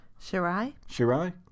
Shirai